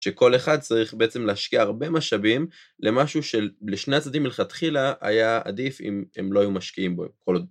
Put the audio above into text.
שכל אחד צריך בעצם להשקיע הרבה משאבים, למשהו שלשני הצדדים מלכתחילה היה עדיף אם הם לא היו משקיעים בו כל...